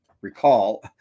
recall